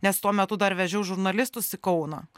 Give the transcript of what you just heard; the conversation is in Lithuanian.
nes tuo metu dar vežiau žurnalistus į kauną